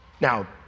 Now